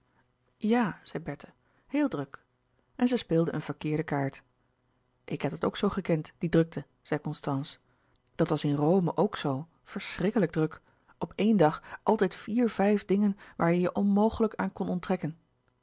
ja zei bertha heel druk en zij speelde een verkeerde kaart ik heb dat ook zoo gekend die drukte zei constance dat was in rome ook zoo verschrikkelijk druk op éen dag altijd vier vijf dingen waar je je onmogelijk aan kon onttrekken